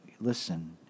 listen